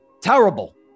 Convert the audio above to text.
Terrible